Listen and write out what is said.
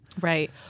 right